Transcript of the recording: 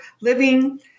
living